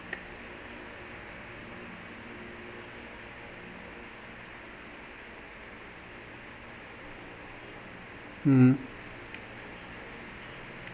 mm